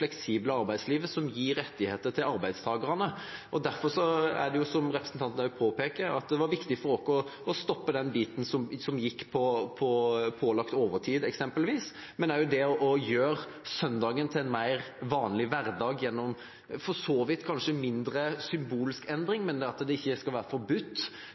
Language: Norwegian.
fleksible arbeidslivet som gir rettigheter til arbeidstagerne. Derfor var det, som representanten også påpeker, viktig for oss å stanse eksempelvis den biten som angikk pålagt overtid, men også dette med å gjøre søndagen mer til en vanlig hverdag gjennom for så vidt kanskje en mindre, symbolsk endring – nemlig at det ikke skulle være forbudt;